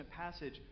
passage